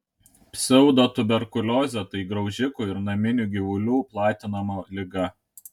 pseudotuberkuliozė tai graužikų ir naminių gyvulių platinama liga